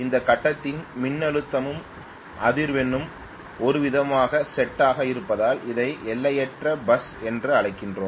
இந்த கட்டத்தின் மின்னழுத்தமும் அதிர்வெண்ணும் ஒருவிதமான செட் ஆக இருப்பதால் இதை எல்லையற்ற பஸ் என்று அழைக்கிறோம்